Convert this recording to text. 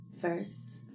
first